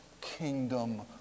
kingdom